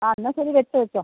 ആ എന്നാൽ ശരി വച്ചോ വച്ചോ